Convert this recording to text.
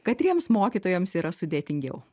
katriems mokytojams yra sudėtingiau